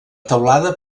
teulada